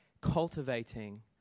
cultivating